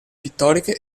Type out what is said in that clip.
pittoriche